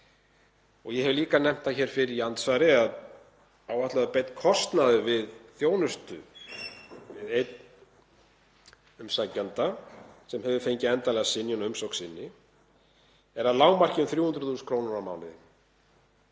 um. Ég hef líka nefnt það hér fyrr í andsvari að áætlaður beinn kostnaður við þjónustu við einn umsækjanda sem hefur fengið endanlega synjun á umsókn sinni er að lágmarki 300.000 kr. á mánuði.